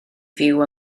fyw